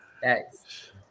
Thanks